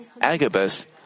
Agabus